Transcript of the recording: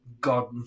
God